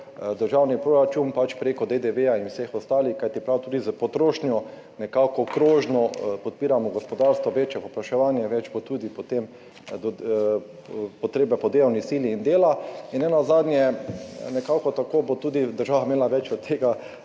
državni proračun, pač prek DDV in vseh ostalih, kajti prav tudi s potrošnjo nekako krožno podpiramo gospodarstvo, večje povpraševanje, več bo tudi potem potrebe po delovni sili in dela. Nenazadnje, tako bo tudi država imela več od tega,